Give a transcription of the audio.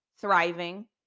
thriving